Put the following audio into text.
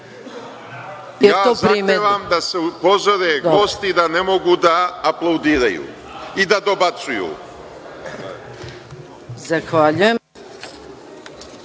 120%.Zahtevam da se upozore gosti da ne mogu da aplaudiraju i da dobacuju.